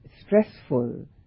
stressful